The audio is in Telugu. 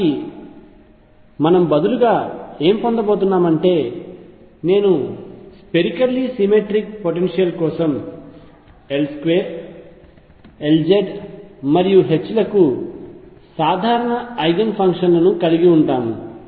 కాబట్టి మనం బదులుగా ఏమి పొందబోతున్నామంటే నేను స్పెరికల్లీ సిమెట్రిక్ పొటెన్షియల్ కోసం L2 Lz మరియు H లకు సాధారణ ఐగెన్ ఫంక్షన్ లను కలిగి ఉంటాము